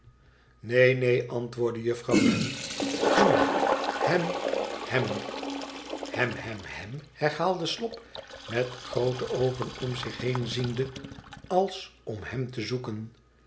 neen neen antwoordde juffrouw wren hem hem hem i hem hem hem herhaalde slop met groote oogen om zich heen ziende als om hem te zoeken